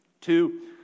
Two